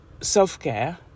self-care